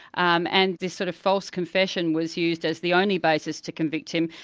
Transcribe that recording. um and this sort of false confession was used as the only basis to convict him,